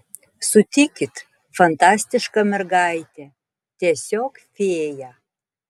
sutikit fantastiška mergaitė tiesiog fėja